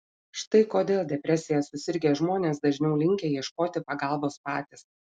štai kodėl depresija susirgę žmonės dažniau linkę ieškoti pagalbos patys